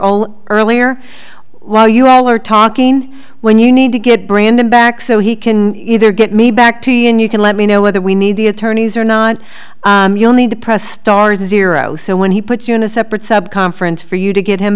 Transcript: own earlier while you all are talking when you need to get brandon back so he can either get me back to you and you can let me know whether we need the attorneys or not you'll need to press stars zero so when he puts you in a separate sub conference for you to get him